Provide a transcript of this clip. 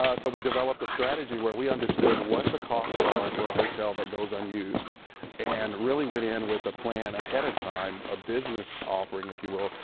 ah so we developed a strategy where we understood what the costs are for a hotel that goes unused and really went in with a plan ahead of time, a business offering, if you will,